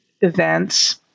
events